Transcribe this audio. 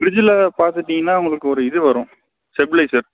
ஃபிரிட்ஜில் பார்த்துட்டீங்கன்னா உங்களுக்கு ஒரு இது வரும் ஸ்டெப்லைசர்